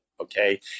Okay